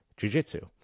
jujitsu